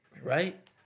Right